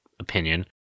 opinion